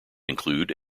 include